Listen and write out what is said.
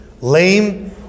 lame